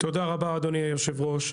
תודה רבה אדוני היושב-ראש,